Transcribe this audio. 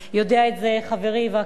יודע את זה חברי וקנין,